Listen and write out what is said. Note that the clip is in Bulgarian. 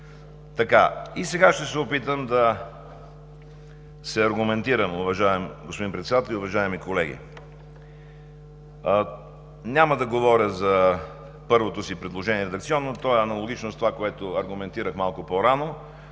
Сега ще се опитам да се аргументирам. Уважаеми господин Председател, уважаеми колеги! Няма да говоря за първото си редакционно предложение – то е аналогично с това, което аргументирах малко по-рано